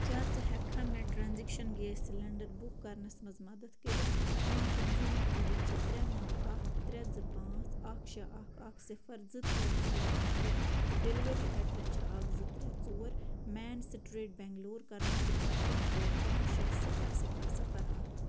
کیٛاہ ژٕ ہیٚکہِ کھا مےٚ ٹرٛانزیٚکشن گیس سلیٚنٛڈر بُک کرنَس منٛز مدد کٔرتھ میٛانۍ کنزیٛومر آے ڈی چھِ ترٛےٚ نَو اکھ ترٛےٚ زٕ پانٛژھ اکھ شےٚ اکھ اکھ صِفر زٕ ترٛےٚ ژور نَو ترٛےٚ تہٕ ڈیٚلؤری ایٚڈریٚس چھُ اکھ زٕ ترٛےٚ ژور main street Bangalore Karnataka pin code ہانژھ شےٚ صِفر صِفر صفر اکھ